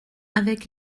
avec